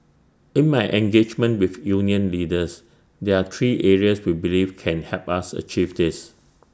in my engagement with union leaders there are three areas we believe can help us achieve this